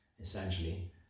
essentially